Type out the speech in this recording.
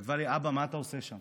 כתבה לי: אבא, מה אתה עושה שם?